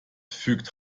fügt